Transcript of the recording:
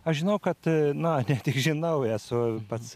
aš žinau kad na ne tik žinau esu pats